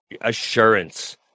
assurance